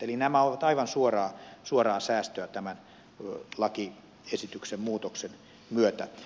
eli nämä ovat aivan suoraa säästöä tämän lakiesityksen muutoksen myötä